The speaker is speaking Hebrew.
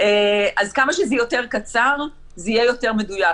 אז כמה שזה יותר קצר זה יהיה יותר מדויק.